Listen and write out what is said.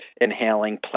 inhaling